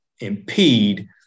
impede